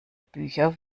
bücher